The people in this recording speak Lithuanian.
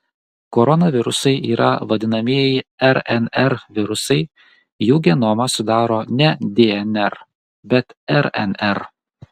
koronavirusai yra vadinamieji rnr virusai jų genomą sudaro ne dnr bet rnr